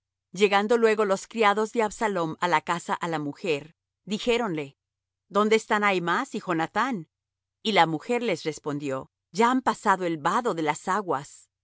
llegando luego los criados de absalom á la casa á la mujer dijéronle dónde están ahimaas y jonathán y la mujer les respondió ya han pasado el vado de las aguas